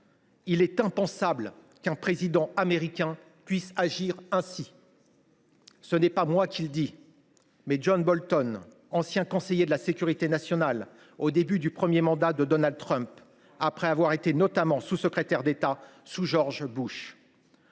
Il est impensable qu’un président américain puisse agir ainsi. » Ce n’est pas moi qui le dis ; c’est John Bolton, qui fut nommé conseiller à la sécurité nationale au début du premier mandat de Donald Trump, après avoir été notamment sous secrétaire d’État sous George W. Bush.